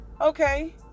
Okay